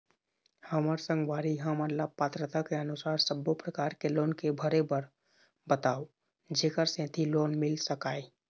हमर संगवारी हमन ला पात्रता के अनुसार सब्बो प्रकार के लोन के भरे बर बताव जेकर सेंथी लोन मिल सकाए?